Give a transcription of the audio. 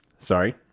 Sorry